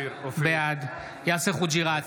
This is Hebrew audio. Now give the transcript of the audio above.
בעד יאסר חוג'יראת,